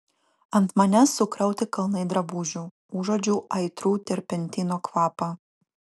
ant manęs sukrauti kalnai drabužių užuodžiu aitrų terpentino kvapą